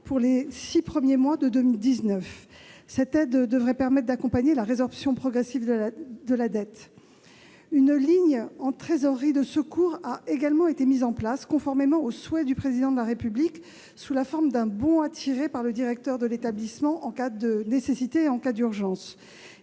pour les six premiers mois de 2019, ce qui devrait permettre d'accompagner la résorption progressive de la dette. Une ligne de secours en trésorerie a également été mise en place, conformément au souhait du Président de la République, sous la forme d'un « bon à tirer » par le directeur de l'établissement en cas de nécessité ou d'urgence.